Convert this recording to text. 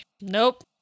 Nope